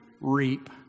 reap